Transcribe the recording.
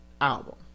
album